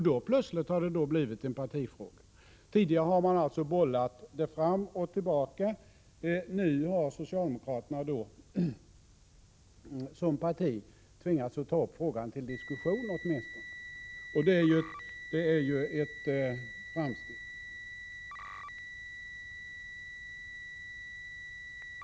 Då plötsligt blev frågan en partifråga. Nu har socialdemokraterna som parti tvingats ta upp frågan åtminstone till diskussion, och det är ju ett framsteg.